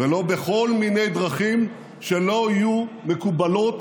ולא בכל מיני דרכים שלא יהיו מקובלות